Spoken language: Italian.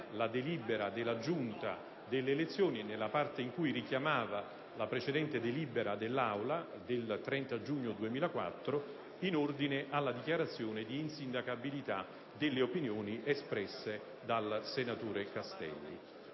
la delibera della Giunta delle elezioni nella parte in cui richiamava la precedente delibera dell'Aula del 30 giugno 2004, in ordine alla dichiarazione di insindacabilità delle opinioni espresse dal senatore Castelli.